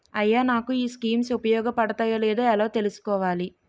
అయ్యా నాకు ఈ స్కీమ్స్ ఉపయోగ పడతయో లేదో ఎలా తులుసుకోవాలి?